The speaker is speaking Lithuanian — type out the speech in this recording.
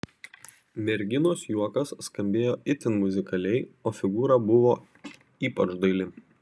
merginos juokas skambėjo itin muzikaliai o figūra buvo ypač daili